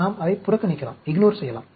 அதை நாம் புறக்கணிக்கலாம்